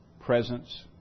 presence